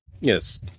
Yes